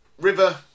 River